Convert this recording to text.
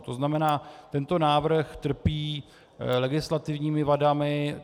To znamená, tento návrh trpí legislativními vadami.